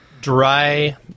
dry